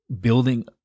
building